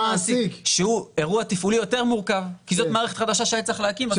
שהוא אירוע תפעולי יותר מורכב כי זאת מערכת חדשה שהיה צריך להקים.